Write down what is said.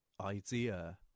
idea